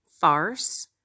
farce